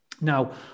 Now